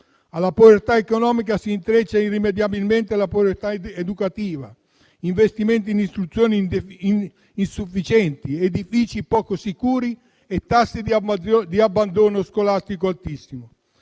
Alla povertà economica si intrecciano irrimediabilmente la povertà educativa, investimenti in istruzione insufficienti, edifici poco sicuri e tassi di abbandono scolastico altissimi.